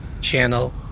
channel